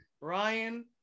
Ryan